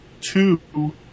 two